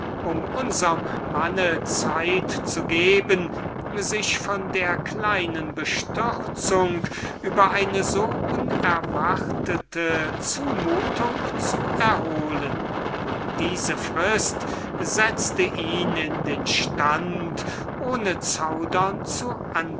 um unserm manne zeit zu geben sich von der kleinen bestürzung zu erholen worein ihn diese unerwartete zumutung setzte er antwortete also ohne zaudern